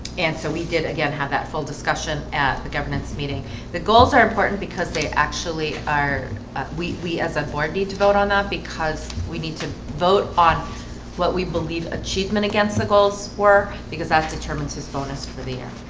and so we did again have that full discussion at the governance meeting the goals are important because they actually are we we as a board need to vote on that because we need to vote on what we believe achievement against the goals were because that determines his bonus for the year.